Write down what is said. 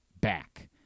back